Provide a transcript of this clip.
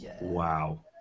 Wow